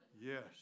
Yes